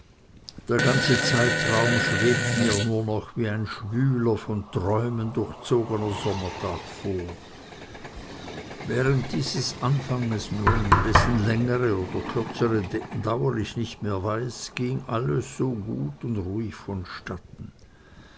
der ganze zeitraum schwebt mir nur noch wie ein schwüler von träumen durchzogener sommertag vor während dieses anfanges nun dessen längere oder kürzere dauer ich nicht mehr weiß ging so alles gut und ruhig vonstatten